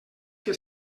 que